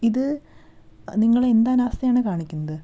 ഇത് നിങ്ങൾ എന്ത് അനാസ്ഥയാണ് കാണിക്കുന്നത്